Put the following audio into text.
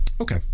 Okay